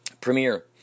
Premiere